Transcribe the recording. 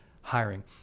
hiring